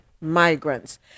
migrants